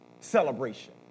celebration